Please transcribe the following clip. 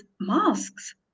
masks